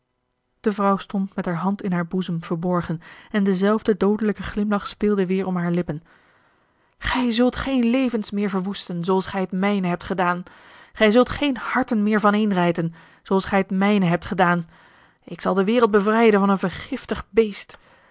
de vrouw stond met haar hand in haar boezem verborgen en dezelfde doodelijke glimlach speelde weer om haar lippen gij zult geen levens meer verwoesten zooals gij het mijne hebt gedaan gij zult geen harten meer vaneenrijten zooals gij het mijne hebt gedaan ik zal de wereld bevrijden van een vergiftig beest